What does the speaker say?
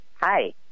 hi